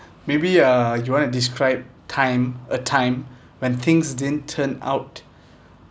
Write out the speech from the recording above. maybe uh you want to describe time a time when things didn't turn out